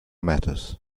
matters